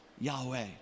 Yahweh